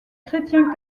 chrétiens